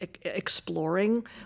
exploring